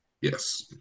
Yes